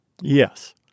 Yes